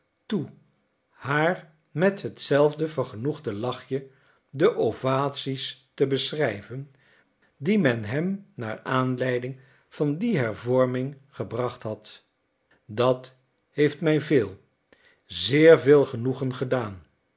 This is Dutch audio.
toe haar met hetzelfde vergenoegde lachje de ovaties te beschrijven die men hem naar aanleiding van die hervorming gebracht had dat heeft mij veel zeer veel genoegen gedaan